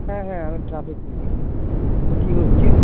হ্যাঁ হ্যাঁ আমি ট্রাফিক পুলিশ তো কী হয়েছে